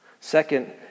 Second